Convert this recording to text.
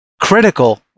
critical